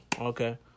Okay